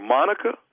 Monica